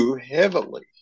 heavily